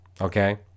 okay